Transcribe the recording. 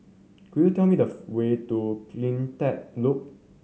could you tell me the way to Cleantech Loop